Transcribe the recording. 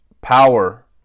power